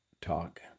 talk